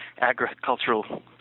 agricultural